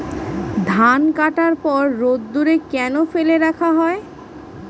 ধান কাটার পর রোদ্দুরে কেন ফেলে রাখা হয়?